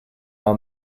how